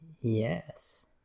yes